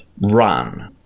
run